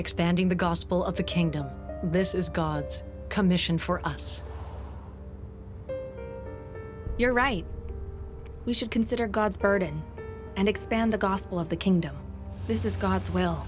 expanding the gospel of the kingdom this is god's commission for us you're right we should consider god's burden and expand the gospel of the kingdom this is god's will